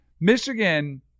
Michigan